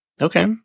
Okay